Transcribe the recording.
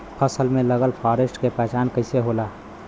फसल में लगल फारेस्ट के पहचान कइसे होला?